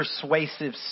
persuasive